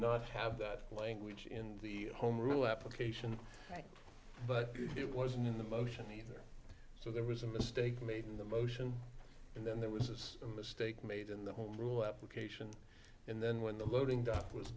not have that language in the home rule application but it wasn't in the motion either so there was a mistake made in the motion and then there was a mistake made in the home rule application and then when the loading